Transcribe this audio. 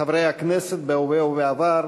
חברי הכנסת בהווה ובעבר,